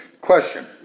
Question